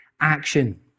action